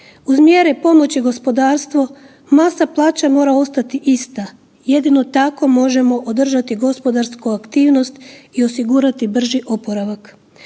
Uz mjere pomoći gospodarstvo masa plaća mora ostati ista. Jedino tako možemo održati gospodarsku aktivnost i osigurati brži oporavak.